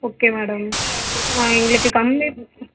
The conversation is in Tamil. ஓகே மேடம் எங்களுக்கு கம்மி